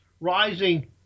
rising